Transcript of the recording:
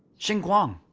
xinguang,